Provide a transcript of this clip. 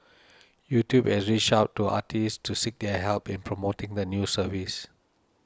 YouTube has reached out to artists to seek their help in promoting the new service